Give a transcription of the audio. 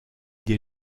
des